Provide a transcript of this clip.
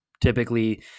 Typically